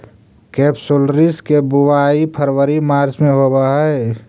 केपसुलरिस के बुवाई फरवरी मार्च में होवऽ हइ